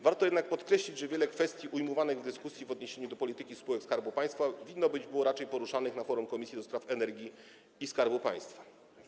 Warto jednak podkreślić, że wiele kwestii ujmowanych w dyskusji w odniesieniu do polityki spółek Skarbu Państwa winno było być raczej poruszanych na forum Komisji do Spraw Energii i Skarbu Państwa.